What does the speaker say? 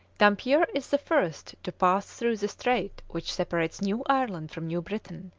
dampier is the first to pass through the strait which separates new ireland from new britain,